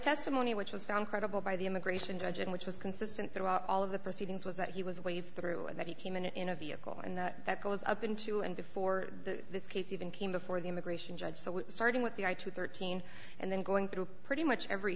testimony which was found credible by the immigration judge and which was consistent throughout all of the proceedings was that he was waved through and that he came in in a vehicle and that goes up into and before this case even came before the immigration judge so we're starting with the eye to thirteen and then going through pretty much every